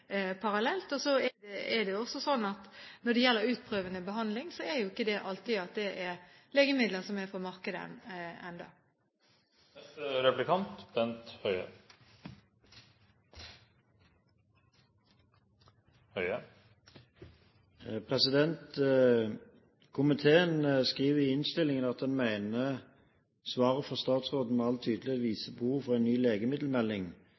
parallelt. Når det så gjelder utprøvende behandling, er det jo ikke alltid at det er legemidler som er på markedet ennå. Komiteen skriver i innstillingen at en «mener svaret fra statsråden med all tydelighet viser behovet for en ny legemiddelmelding,